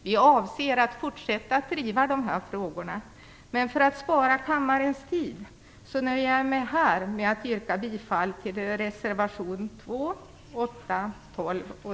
Vi avser att fortsätta driva de här frågorna, men för att spara kammarens tid nöjer jag mig här med att yrka bifall till reservationerna nr 2, 8, 12 och